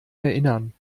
erinnern